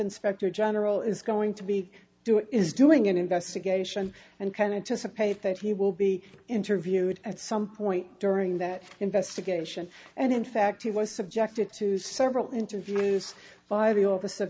inspector general is going to be doing is doing an investigation and kind of just a paper that he will be interviewed at some point during that investigation and in fact he was subjected to several interviews by the o